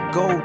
go